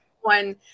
one